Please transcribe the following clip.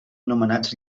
nomenats